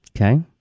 Okay